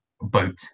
boat